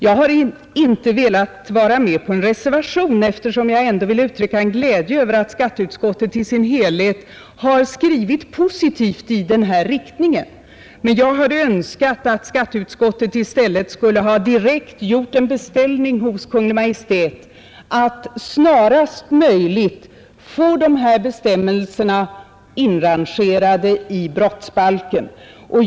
Jag har inte velat vara med på en reservation, eftersom jag ändå vill uttrycka glädje över att skatteutskottet i sin helhet skrivit positivt i denna riktning. Men jag hade önskat att skatteutskottet i stället skulle direkt gjort en beställning hos Kungl. Maj:t om att snarast möjligt få dessa bestämmelser inrangerade i brottsbalken.